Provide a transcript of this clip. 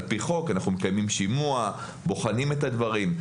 על פי חוק אנחנו מקיימים שימוע ובוחנים את הדברים.